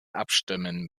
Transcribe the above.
abstimmen